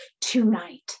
tonight